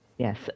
Yes